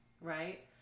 right